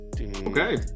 okay